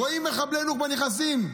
רואים מחבלי נוח'בה שנכנסים.